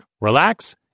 relax